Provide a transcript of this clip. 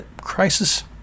crisis